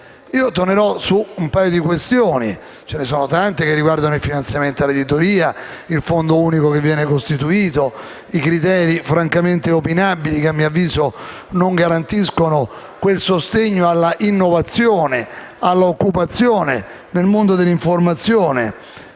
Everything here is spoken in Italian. Tornerò su un paio di questioni. Ce ne sono tante che riguardano il finanziamento all'editoria, il Fondo unico che viene costituito, i criteri francamente opinabili che, a mio avviso, non garantiscono quel sostegno all'innovazione e all'occupazione nel mondo dell'informazione.